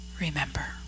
remember